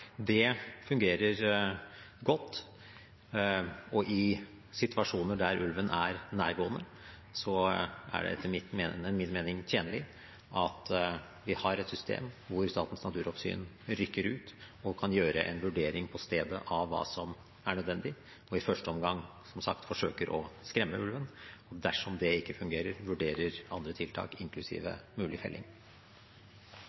Det fungerer godt, og i situasjoner der ulven er nærgående, er det etter min mening tjenlig at vi har et system der Statens naturoppsyn rykker ut og kan gjøre en vurdering på stedet av hva som er nødvendig. I første omgang forsøker man som sagt å skremme ulven, og dersom det ikke fungerer, vurderes andre tiltak,